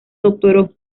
doctoró